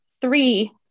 three